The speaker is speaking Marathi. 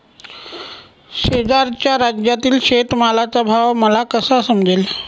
शेजारच्या राज्यातील शेतमालाचा भाव मला कसा समजेल?